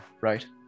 right